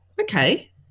okay